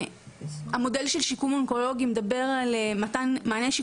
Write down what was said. המודל של שיקום אונקולוגי מדבר על מתן מענה,